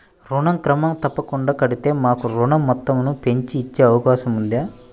ఋణం క్రమం తప్పకుండా కడితే మాకు ఋణం మొత్తంను పెంచి ఇచ్చే అవకాశం ఉందా?